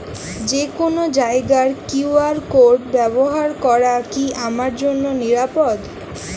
যে কোনো জায়গার কিউ.আর কোড ব্যবহার করা কি আমার জন্য নিরাপদ?